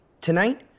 Tonight